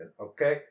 Okay